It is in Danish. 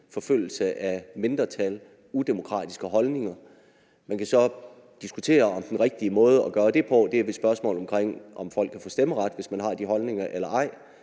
forfølgelse af mindretal og udemokratiske holdninger. Man kan så diskutere, om den rigtige måde at gøre det på, er ved at stille spørgsmål ved, om folk kan få stemmeret, hvis de har de holdninger, eller ej,